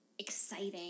Exciting